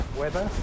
weather